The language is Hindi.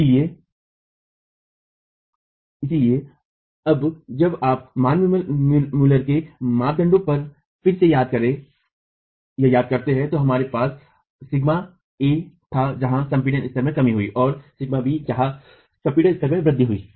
इसलिए अब जब आप मान मुलर के मापदंडों को पर फिर से याद करते हैं तो हमारे पास σa था जहां संपीड़न स्तर में कमी हुई और σb जहां संपीड़न स्तर में वृद्धि हुई है